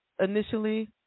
initially